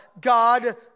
God